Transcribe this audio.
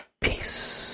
Peace